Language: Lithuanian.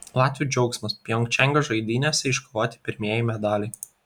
latvių džiaugsmas pjongčango žaidynėse iškovoti pirmieji medaliai